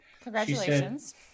Congratulations